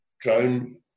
drone